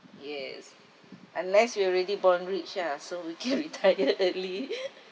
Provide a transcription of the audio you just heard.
yes unless you already born rich ah so you can retire early